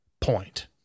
point